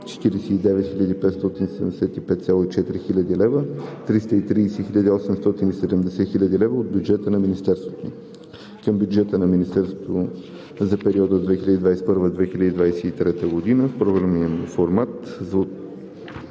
49,575,4 хил. лв.; 330 870 хил. лв. от бюджета на Министерството. Към бюджета на Министерството за периода 2022 – 2023 г. в програмния му формат